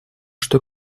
что